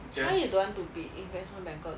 why you don't want to be investment banker